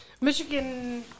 Michigan